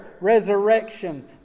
resurrection